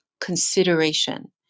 consideration